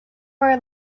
were